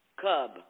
Cub